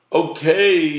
okay